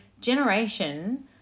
generation